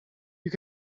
you